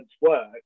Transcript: work